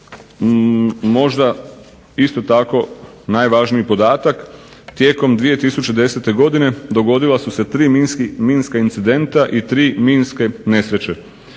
možda isto tako najvažniji podatak, tijekom 2010. godine dogodila su se tri minska incidenta i tri minske nesreće.